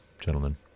Gentlemen